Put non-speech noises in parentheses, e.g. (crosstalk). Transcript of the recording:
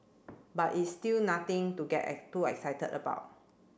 but it's still nothing to get (unintelligible) too excited about